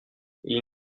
ils